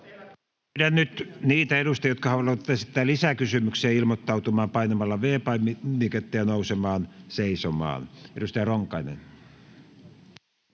Pyydän nyt niitä edustajia, jotka haluavat esittää lisäkysymyksiä, ilmoittautumaan painamalla V-painiketta ja nousemalla seisomaan. — Edustaja Ronkainen.